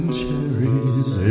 cherries